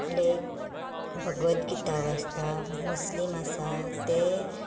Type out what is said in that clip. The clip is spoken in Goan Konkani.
तें आपले भगवतगीता वाचता मुस्लिम आसा तें